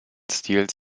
stils